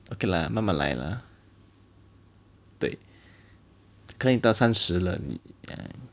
okay lah 慢慢来 lah 对可以到三十了你